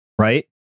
Right